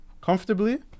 comfortably